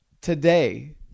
Today